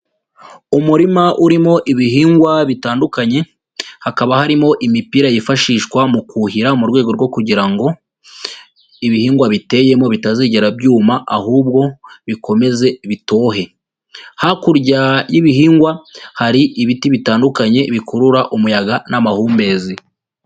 Umurima urimo ibihingwa bitandukanye, hakaba harimo imipira yifashishwa mu kuhira mu rwego rwo kugira ngo, ibihingwa biteyemo bitazigera byuma, ahubwo bikomeze bitohe . Hakurya y'ibihingwa hari ibiti bitandukanye bikurura umuyaga n'amahumbezi.